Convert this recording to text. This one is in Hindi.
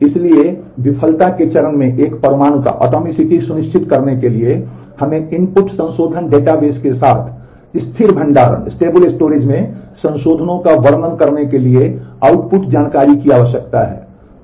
इसलिए विफलता के चरण में एक परमाणुता सुनिश्चित करने के लिए हमें इनपुट संशोधन डेटाबेस के साथ स्थिर भंडारण में संशोधनों का वर्णन करने के लिए आउटपुट जानकारी की आवश्यकता है